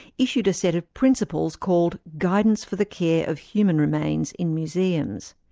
issued a set of principles called guidance for the care of human remains in museums.